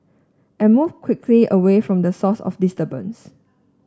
and move quickly away from the source of disturbance